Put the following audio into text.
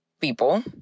people